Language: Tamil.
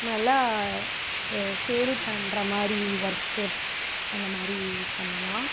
நல்லா சேல் பண்ணுற மாதிரி ஒர்க்கு அந்த மாதிரி பண்ணலாம்